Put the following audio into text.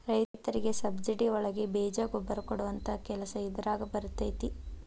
ರೈತರಿಗೆ ಸಬ್ಸಿಡಿ ಒಳಗೆ ಬೇಜ ಗೊಬ್ಬರ ಕೊಡುವಂತಹ ಕೆಲಸ ಇದಾರಗ ಬರತೈತಿ